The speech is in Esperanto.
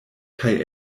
kaj